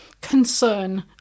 concern